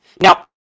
Now